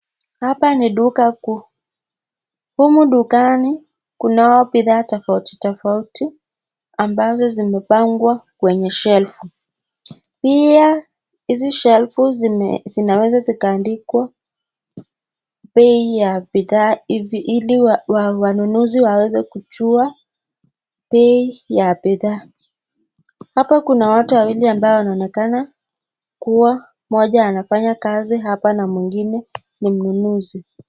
Hapa ni duka. Humu dukani kuna wa bidhaa tofauti tofauti ambazo zimepangwa kwenye shelfu. Pia hizi shelfu zime zinaweza zikaandikwa bei ya bidhaa hivi ili wanunuzi waweze kuchua bei ya bidhaa. Hapa kuna watu wawili ambao wanaonekana kuwa mmoja anafanya kazi hapa na mwingine ni mnunuzi.